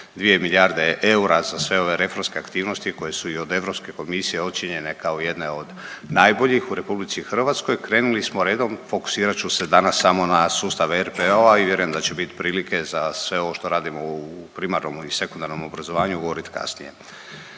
2 milijarde eura za sve ove reformske aktivnosti koje su i od Europske komisije ocijenjene kao jedne od najboljih u RH, krenuli smo redom, fokusirat ću se danas samo na sustav RPO-a i vjerujem da će bit prilike za sve ovo što radimo u primarnomu i sekundarnomu obrazovanju govorit kasnije.